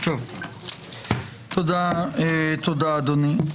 תודה, אדוני.